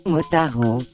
Motaro